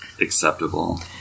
acceptable